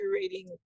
curating